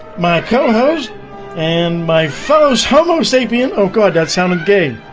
my ikonos and my foes homo, sapien. oh, god that sounded game